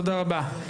תודה רבה.